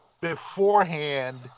beforehand